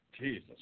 Jesus